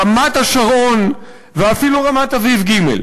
רמת-השרון ואפילו רמת-אביב ג'.